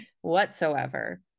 whatsoever